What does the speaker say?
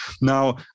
Now